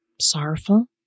sorrowful